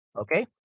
Okay